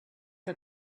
que